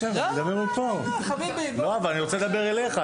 אני רוצה לומר משהו באופן אישי.